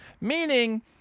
Meaning